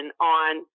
on